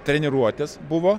treniruotis buvo